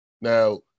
Now